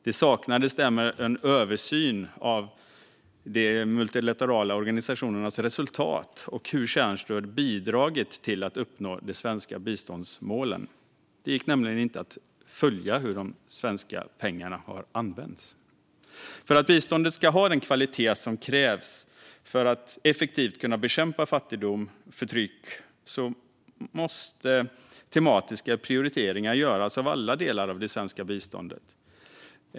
Det saknades därmed en översyn av de multilaterala organisationernas resultat och hur kärnstöd bidragit till att uppnå de svenska biståndsmålen. Det gick alltså inte att följa hur de svenska pengarna har använts. För att biståndet ska ha den kvalitet som krävs för att effektivt kunna bekämpa fattigdom och förtryck måste tematiska prioriteringar göras av alla delar av det svenska biståndet.